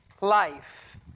life